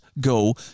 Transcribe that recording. go